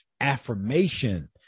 affirmation